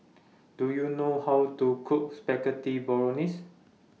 Do YOU know How to Cook Spaghetti Bolognese